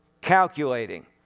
Calculating